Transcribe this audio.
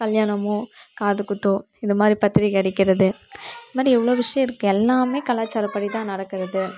கல்யாணமோ காதுகுத்தோ இந்த மாதிரி பத்திரிக்கை அடிக்கிறது இந்த மாதிரி இவ்வளோ விஷயோம் இருக்குது எல்லாமே கலாச்சாரப்படிதான் நடக்கிறது